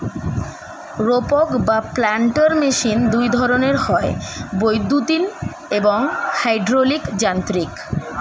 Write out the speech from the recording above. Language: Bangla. রোপক বা প্ল্যান্টার মেশিন দুই ধরনের হয়, বৈদ্যুতিন এবং হাইড্রলিক যান্ত্রিক